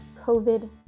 COVID